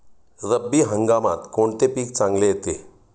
रब्बी हंगामात कोणते पीक चांगले येते?